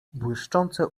błyszczące